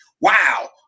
Wow